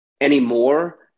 anymore